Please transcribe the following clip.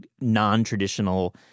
non-traditional